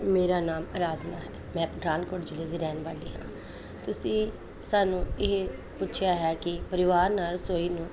ਮੇਰਾ ਨਾਮ ਅਰਾਧਨਾ ਹੈ ਮੈ ਪਠਾਨਕੋਟ ਜ਼ਿਲ੍ਹੇ ਦੀ ਰਹਿਣ ਵਾਲੀ ਹਾਂ ਤੁਸੀਂ ਸਾਨੂੰ ਇਹ ਪੁੱਛਿਆ ਹੈ ਕਿ ਪਰਿਵਾਰ ਨਾਲ ਰਸੋਈ ਨੂੰ